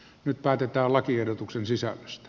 nyt päätetään lakiehdotuksen sisällöstä